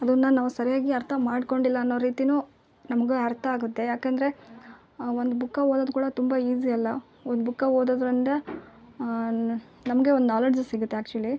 ಅದನ್ನ ನಾವು ಸರಿಯಾಗಿ ಅರ್ಥ ಮಾಡಿಕೊಂಡಿಲ್ಲ ಅನ್ನೋ ರೀತಿ ನಮಗೆ ಅರ್ಥ ಆಗುತ್ತೆ ಯಾಕಂದರೆ ಒಂದು ಬುಕ್ಕ ಓದೋದ್ ಕೂಡ ತುಂಬ ಈಸಿ ಅಲ್ಲ ಒಂದು ಬುಕ್ಕ ಓದೋದರಿಂದ ನಮಗೆ ಒಂದು ನಾಲೆಡ್ಜ್ ಸಿಗುತ್ತೆ ಆ್ಯಕ್ಚುಲಿ